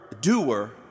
doer